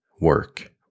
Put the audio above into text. work